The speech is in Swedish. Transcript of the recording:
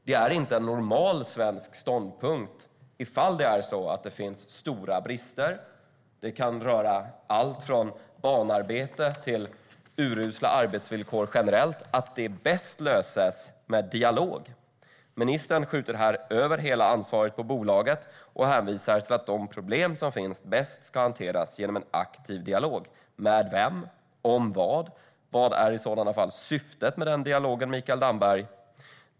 Det är inte en normal svensk ståndpunkt om det finns stora brister - det kan röra allt från barnarbete till usla arbetsvillkor generellt - att det bäst löses med dialog. Ministern skjuter här över hela ansvaret på bolaget och hänvisar till att de problem som finns bäst ska hanteras genom en aktiv dialog. Med vem? Om vad? Vad är i sådana fall syftet med denna dialog, Mikael Damberg?